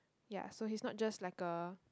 ya so he is not just like a